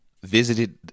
Visited